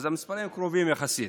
אז המספרים קרובים יחסית.